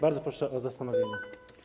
Bardzo proszę o zastanowienie się.